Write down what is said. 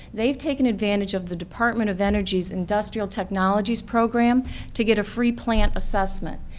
they've taken advantage of the department of energy's industrial technologies program to get a free plant assessment.